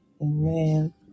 Amen